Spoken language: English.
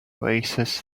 oasis